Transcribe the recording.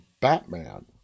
Batman